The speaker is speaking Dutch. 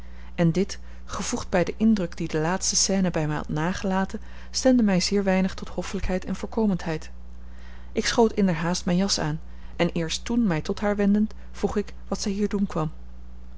en dit gevoegd bij den indruk dien de laatste scène bij mij had nagelaten stemde mij zeer weinig tot hoffelijkheid en voorkomendheid ik schoot inderhaast mijn jas aan en eerst toen mij tot haar wendend vroeg ik wat zij hier doen kwam